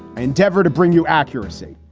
i endeavor to bring you accuracy.